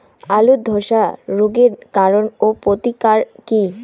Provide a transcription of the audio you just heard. আলুর ধসা রোগের কারণ ও প্রতিকার কি?